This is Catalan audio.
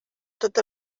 tot